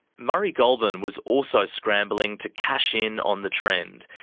murray goulburn was also scrambling to cash in on the trend.